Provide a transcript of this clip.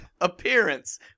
appearance